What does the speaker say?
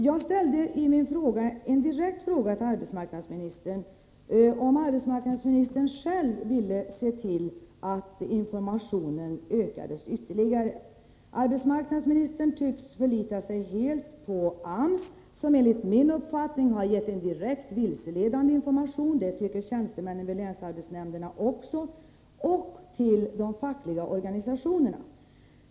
Jag ställde en direkt fråga till arbetsmarknadsministern om hon ville se till att informationen ökades ytterligare. Arbetsmarknadsministern tycks förlita sig helt på AMS, som enligt mig — och tjänstemännen vid länsarbetsnämnderna — har gett en direkt vilseledande information, och på de fackliga organisationerna.